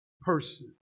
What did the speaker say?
person